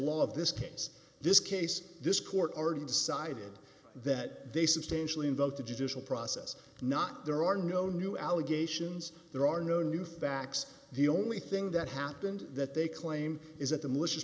law of this case this case this court already decided that they substantially involved the judicial process not there are no new allegations there are no new facts the only thing that happened that they claim is that the m